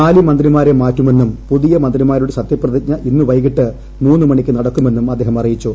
നാല് മന്ത്രിമാരെ മാറ്റുമെന്നും പുതിയ മന്ത്രിമാരുടെ സത്യപ്ര തിജ്ഞ ഇന്ന് വൈകിട്ട് മൂന്നിന് നടക്കുമെന്നും അദ്ദേഹം അറിയി ച്ചു